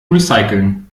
recyceln